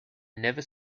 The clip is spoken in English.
never